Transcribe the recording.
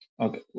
okay